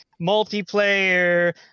multiplayer